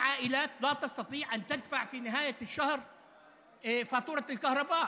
ניתוק אספקת החשמל לבית זה פעולה לא אנושית.